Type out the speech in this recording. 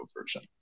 version